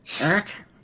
Eric